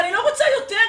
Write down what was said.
אני לא רוצה יותר,